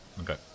Okay